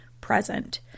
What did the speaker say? present